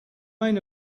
main